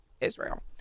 Israel